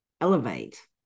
elevate